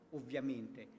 ovviamente